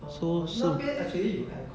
so 是